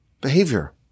behavior